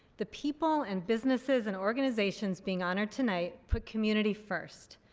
the people and businesses and organizations being honored tonight put community first.